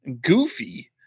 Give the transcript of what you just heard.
goofy